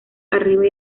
arriba